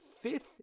fifth